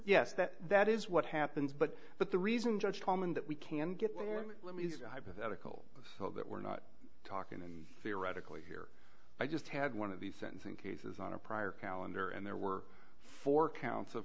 yes that that is what happens but but the reason judge holman that we can get pathetically so that we're not talking and theoretically here i just had one of the sentencing cases on a prior calendar and there were four counts of